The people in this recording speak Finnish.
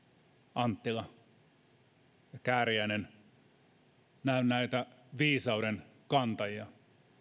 anttila ja kääriäinen näen näitä viisauden kantajia